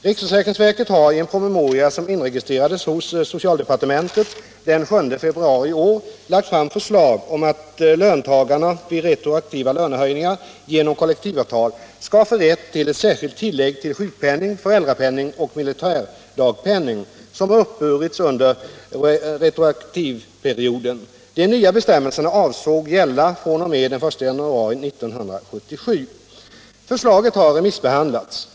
Riksförsäkringsverket har i en promemoria som inregistrerades hos socialdepartementet den 7 februari i år lagt fram förslag om att löntagarna vid retroaktiva lönehöjningar genom kollektivavtal skall få rätt till ett särskilt tillägg till sjukpenning, föräldrapenning och militärdagpenning som har uppburits under retroaktivperioden. De nya bestämmelserna avsågs gälla fr.o.m. den 1 januari 1977. Förslaget har remissbehandlats.